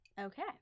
okay